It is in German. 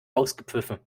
ausgepfiffen